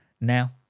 now